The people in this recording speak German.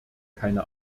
keine